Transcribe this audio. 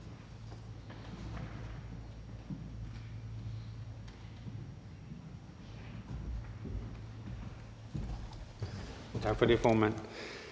Tak for det, formand.